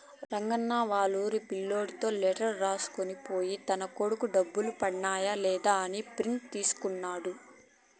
రంగన్న వాళ్లూరి పిల్లోనితో లెటర్ రాసుకొని పోయి తన కొడుకు డబ్బులు పన్నాయ లేదా అని ప్రింట్ తీసుకున్నాడు